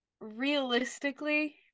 realistically